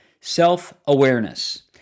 self-awareness